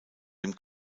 dem